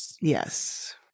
Yes